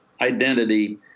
identity